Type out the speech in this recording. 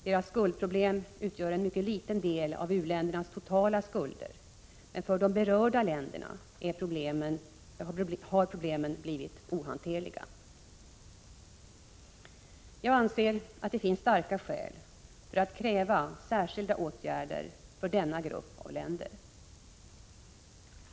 Deras skuldproblem utgör en mycket liten del av u-ländernas totala skulder. Men för de berörda länderna har problemen blivit ohanterliga. Jag anser att det finns starka skäl för att kräva särskilda åtgärder för denna grupp av länder.